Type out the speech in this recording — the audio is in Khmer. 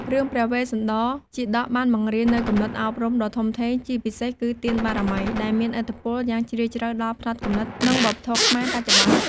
រឿងព្រះវេស្សន្តរជាតកបានបង្រៀននូវគំនិតអប់រំដ៏ធំធេង ជាពិសេសគឺ ទានបារមី ដែលមានឥទ្ធិពលយ៉ាងជ្រាលជ្រៅដល់ផ្នត់គំនិត និងវប្បធម៌ខ្មែរបច្ចុប្បន្ន។